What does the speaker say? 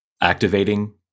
activating